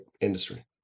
industry